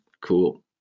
Cool